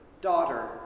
Daughter